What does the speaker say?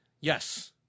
Yes